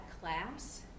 class